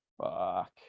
Fuck